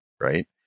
right